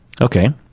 Okay